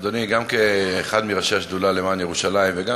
אדוני, גם כאחד מראשי השדולה למען ירושלים, וגם,